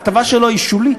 ההטבה שלו היא שולית.